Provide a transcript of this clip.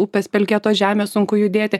upės pelkėtos žemės sunku judėti